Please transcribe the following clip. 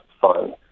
fun